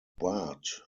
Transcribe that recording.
bart